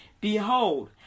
Behold